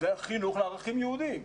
וחינוך לערכים יהודים.